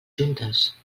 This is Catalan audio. juntes